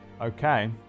Okay